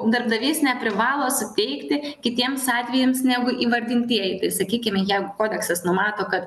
darbdavys neprivalo suteikti kitiems atvejams negu įvardintieji tai sakykime jeigu kodeksas numato kad